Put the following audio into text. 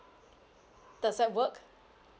does that work